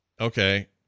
Okay